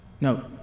No